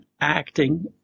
acting